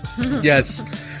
Yes